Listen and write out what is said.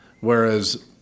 Whereas